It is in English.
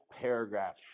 paragraph